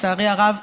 לצערי הרב,